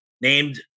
named